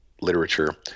literature